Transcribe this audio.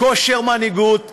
כושר מנהיגות ואומץ.